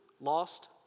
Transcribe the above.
lost